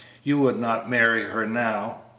you would not marry her now,